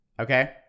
Okay